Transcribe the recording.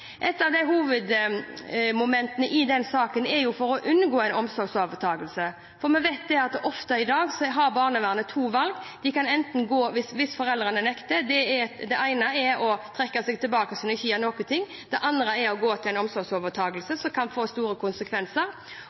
Et av hovedmomentene i den saken er jo å unngå en omsorgsovertakelse, for vi vet at i dag har barnevernet ofte to valg hvis foreldrene nekter. Det ene er å trekke seg tilbake og ikke gjøre noe, det andre er å gå til en omsorgsovertakelse, som kan få store konsekvenser.